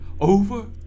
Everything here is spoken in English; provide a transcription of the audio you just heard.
over